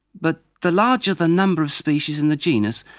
but the larger the number of species in the genus,